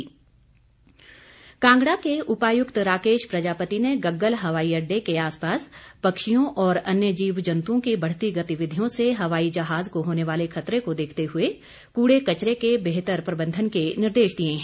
हवाई अड्डा कांगड़ा के उपायुक्त राकेश प्रजापति ने गग्गल हवाई अड्डे के आसपास पक्षियों और अन्य जीव जंतुओं की बढ़ती गतिविधियों से हवाई जहाज को होने वाले खतरे को देखते हुए कूड़ा कचरे के बेहतर प्रबंधन के निर्देश दिए हैं